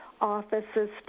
offices